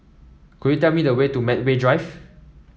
could you tell me the way to Medway Drive